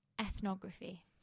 Ethnography